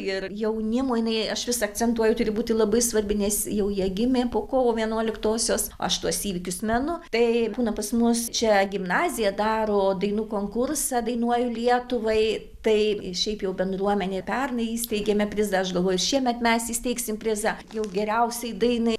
ir jaunimui jinai aš vis akcentuoju turi būti labai svarbi nes jau jie gimė po kovo vienuoliktosios aš tuos įvykius menu tai būna pas mus čia gimnazija daro dainų konkursą dainuoju lietuvai tai šiaip jau bendruomenė pernai įsteigėme prizą aš galvoju ir šiemet mes įsteigsim prizą jau geriausiai dainai